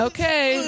Okay